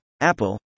Apple